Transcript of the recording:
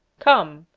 come,